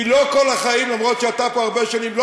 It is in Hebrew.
כי אף שאתה פה הרבה שנים,